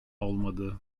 olmadı